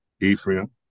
Ephraim